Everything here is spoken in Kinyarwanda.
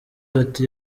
bati